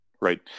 Right